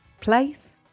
Place